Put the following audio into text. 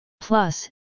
Plus